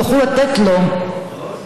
יוכלו לתת לו כבוד,